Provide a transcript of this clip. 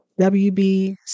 wb